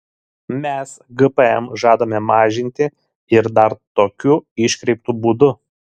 mes gpm žadame mažinti ir dar tokiu iškreiptu būdu